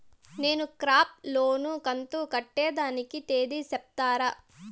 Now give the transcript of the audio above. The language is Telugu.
నేను క్రాప్ లోను కంతు కట్టేదానికి తేది సెప్తారా?